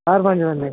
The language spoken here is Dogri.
चार पंज बंदे